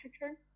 return